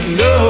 no